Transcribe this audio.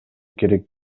керек